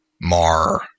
mar